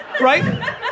right